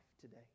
today